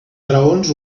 graons